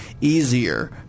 easier